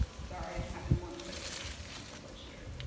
sorry i'm having one quick technical glitch here.